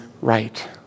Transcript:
right